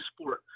sport